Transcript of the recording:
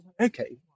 Okay